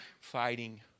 fighting